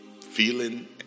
feeling